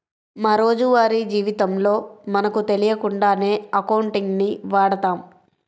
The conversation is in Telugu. మా రోజువారీ జీవితంలో మనకు తెలియకుండానే అకౌంటింగ్ ని వాడతాం